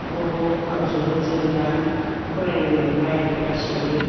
बर'रावजोंबो जों दा फरायनो मोनबाय गासिबो